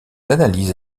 analyses